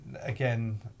again